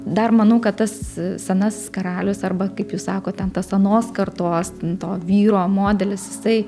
dar manau kad tas senasis karalius arba kaip jūs sakot ten tas anos kartos to vyro modelis jisai